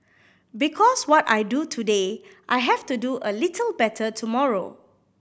because what I do today I have to do a little better tomorrow